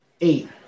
eight